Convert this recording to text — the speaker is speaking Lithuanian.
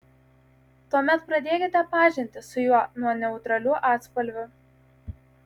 tuomet pradėkite pažintį su juo nuo neutralių atspalvių